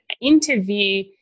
interview